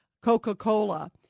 Coca-Cola